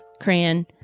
crayon